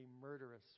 murderous